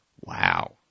Wow